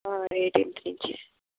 eighteenth నుంచి